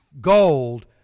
gold